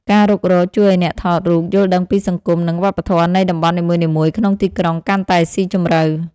ការរុករកជួយឱ្យអ្នកថតរូបយល់ដឹងពីសង្គម និងវប្បធម៌នៃតំបន់នីមួយៗក្នុងទីក្រុងកាន់តែស៊ីជម្រៅ។